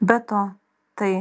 be to tai